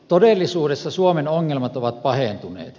todellisuudessa suomen ongelmat ovat pahentuneet